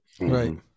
Right